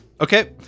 Okay